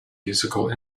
musical